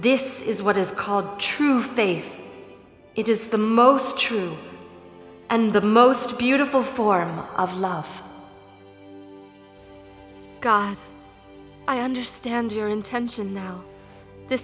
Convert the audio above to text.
this is what is called true faith it is the most true and the most beautiful form of love god i understand your intention now the